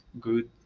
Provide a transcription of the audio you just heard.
good